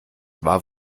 war